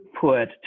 put